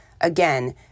Again